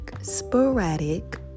Sporadic